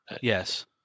Yes